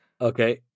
Okay